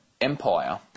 empire